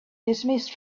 dismissed